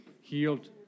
Healed